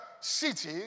city